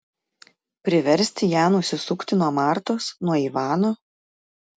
priversti ją nusisukti nuo martos nuo ivano